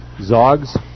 Zog's